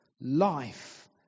life